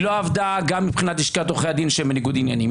היא לא עבדה גם מבחינת לשכת עורכי הדין שהם בניגוד עניינים,